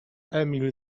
emil